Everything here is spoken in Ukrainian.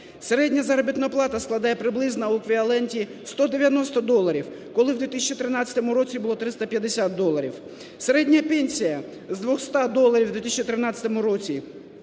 Середня заробітна плата складає приблизно у еквіваленті 190 доларів, коли в 2013 році було 350 доларів. Середня пенсія з 200 доларів в 2013 році